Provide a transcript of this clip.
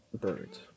birds